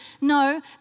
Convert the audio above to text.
No